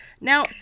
Now